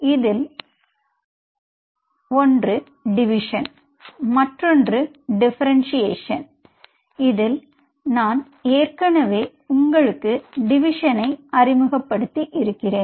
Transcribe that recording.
இதில் ஒன்று டிவிசன் மற்றொன்று டிஃபரென்டிட்டின் இதில் நான் ஏற்கனவே உங்களுக்கு டிவிஷியனை அறிமுகப்படுத்தி இருக்கிறேன்